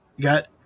got